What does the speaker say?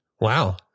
Wow